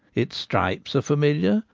its stripes are familiar,